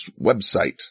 website